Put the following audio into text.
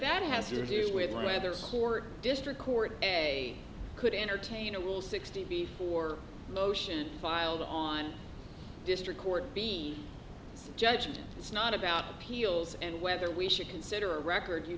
that has to do with whether the court district court a could entertain a will sixty before motion filed on district court be judged it's not about appeals and whether we should consider a record you